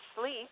sleep